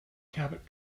cabot